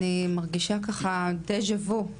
אני מרגישה ככה דה-ז'ה-וו.